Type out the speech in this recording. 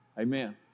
Amen